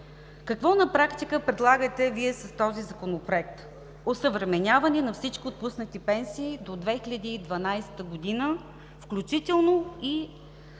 Какво на практика предлагате Вие с този Законопроект? Осъвременяване на всички отпуснати пенсии до 2012 г., включително.